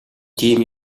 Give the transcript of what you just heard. тийм